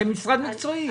אתם משרד מקצועי.